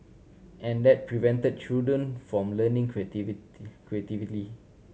and that prevented children from learning creativity creatively